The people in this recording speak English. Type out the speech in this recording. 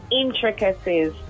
intricacies